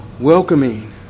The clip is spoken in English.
welcoming